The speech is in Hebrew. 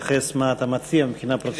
תתייחס גם למה שאתה מציע מבחינה פרוצדורלית,